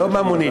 לא ממונית,